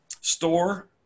store